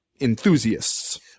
enthusiasts